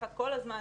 מתפתחת כל הזמן,